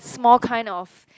small kind of